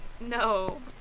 no